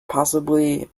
possibly